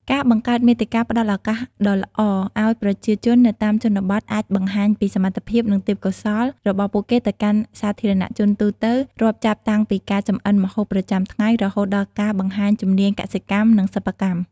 ការបង្កើតមាតិកាផ្តល់ឱកាសដ៏ល្អឲ្យប្រជាជននៅតាមជនបទអាចបង្ហាញពីសមត្ថភាព និងទេពកោសល្យ របស់ពួកគេទៅកាន់សាធារណជនទូទៅ រាប់ចាប់តាំងពីការចម្អិនម្ហូបប្រចាំថ្ងៃ រហូតដល់ការបង្ហាញជំនាញកសិកម្ម និងសិប្បកម្ម។